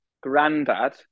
granddad